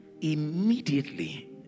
immediately